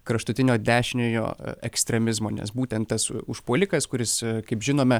kraštutinio dešiniojo ekstremizmo nes būtent tas užpuolikas kuris kaip žinome